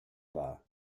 war